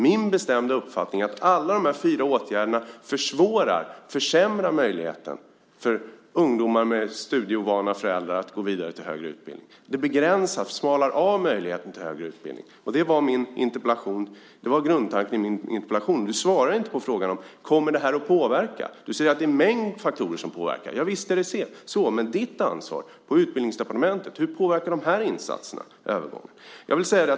Min bestämda uppfattning är att alla de här fyra åtgärderna försvårar och försämrar möjligheten för ungdomar med studieovana föräldrar att gå vidare till högre utbildning. Det begränsar och smalnar av möjligheten till högre utbildning. Det var grundtanken i min interpellation. Du svarar inte på frågan: Kommer det här att påverka? Du säger att det är en mängd faktorer som påverkar. Visst är det så. Men ditt ansvar på Utbildningsdepartementet är hur de här insatserna påverkar övergången.